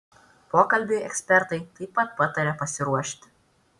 pokalbiui ekspertai taip pat pataria pasiruošti